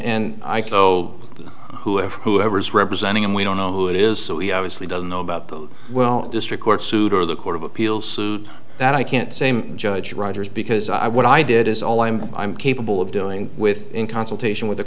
oh whoever whoever is representing him we don't know who it is so he obviously doesn't know about the well district court suit or the court of appeals that i can't same judge rogers because i what i did is all i'm i'm capable of doing with in consultation with